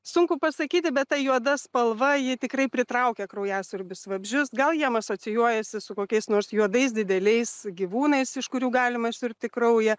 sunku pasakyti bet ta juoda spalva ji tikrai pritraukia kraujasiurbius vabzdžius gal jiems asocijuojasi su kokiais nors juodais dideliais gyvūnais iš kurių galima išsiurbti kraują